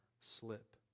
slip